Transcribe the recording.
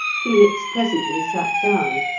felix presently sat down,